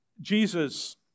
Jesus